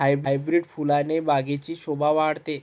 hybrid फुलाने बागेची शोभा वाढते